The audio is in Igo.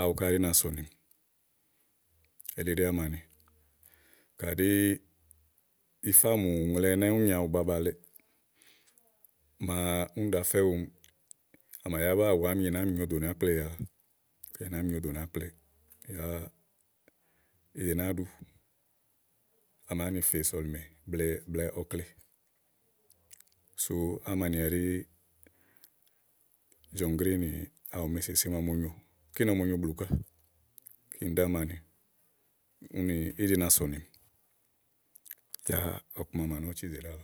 awu ká ɛɖí na ɛɖi na sɔ̀nìmì elí ɖí ámaní kàɖi ìí fa mù ùŋle ɛnɛ́ úni nyo àwùbaba le úni ɖàá fɛ. éwumi à mà yá bá àwù àámie, ìbá mì nyo dò ákple yàaa. ka ì nàáa mì nyo dònìà ákple yá ì nàáa ɖu à màa nì fè sɔ̀lìmè blɛ̀ɛ ɔkle sú ámanì ɖí jɔ̀ŋgríì nì áwù màa o mo nyo kíni o mo nyo blù ká. kíni ɖí ámani úni íɖi na sɔ̀nìmì ká yá ɔku ma à mà nɔ́ cizèe ɖíàlɔ.